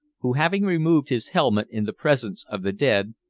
who having removed his helmet in the presence of the dead,